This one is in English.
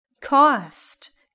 Cost